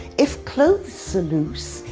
if clothes are loose,